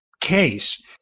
case